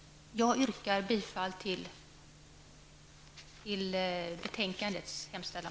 Jag yrkar bifall till utskottets hemställan.